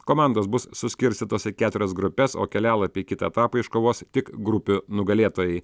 komandos bus suskirstytos į keturias grupes o kelialapį į kitą etapą iškovos tik grupių nugalėtojai